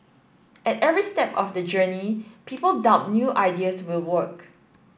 at every step of the journey people doubt new ideas will work